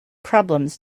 problems